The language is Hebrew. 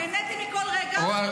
נהניתי מכל רגע והשכלתי.